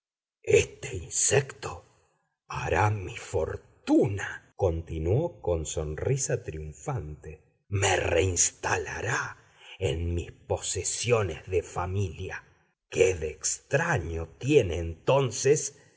este insecto hará mi fortuna continuó con sonrisa triunfante me reinstalará en mis posesiones de familia qué de extraño tiene entonces